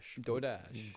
DoorDash